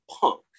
punk